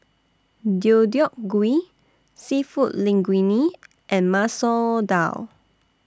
Deodeok Gui Seafood Linguine and Masoor Dal